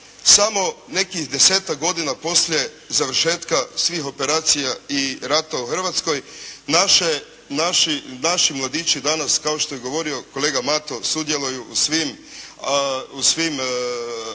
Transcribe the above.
samo nekih desetak godina poslije završetka svih operacija i rata u Hrvatskoj, naši mladići danas, kao što je govorio kolega Mato, sudjeluju u svim akcijama